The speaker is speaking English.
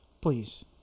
Please